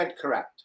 correct